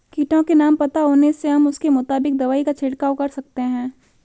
कीटों के नाम पता होने से हम उसके मुताबिक दवाई का छिड़काव कर सकते हैं